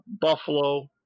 Buffalo